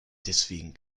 deswegen